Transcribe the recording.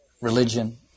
religion